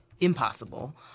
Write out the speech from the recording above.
impossible